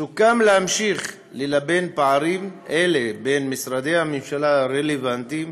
סוכם להמשיך ללבן פערים אלה בין משרדי הממשלה הרלוונטיים,